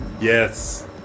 Yes